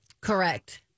Correct